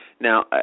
Now